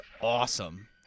awesome